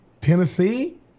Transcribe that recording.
Tennessee